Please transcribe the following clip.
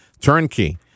turnkey